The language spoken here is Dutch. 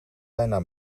bijna